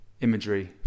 imagery